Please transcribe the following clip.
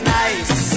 nice